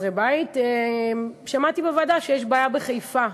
חסרי בית שמעתי בוועדה שיש בעיה בחיפה,